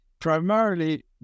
primarily